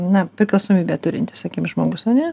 na priklausomybę turintis sakykim žmogus ar ne